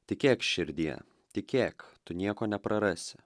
tikėk širdie tikėk tu nieko neprarasi